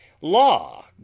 law